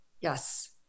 Yes